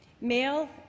Male